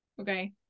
okay